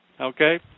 okay